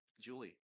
Julie